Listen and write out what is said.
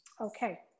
Okay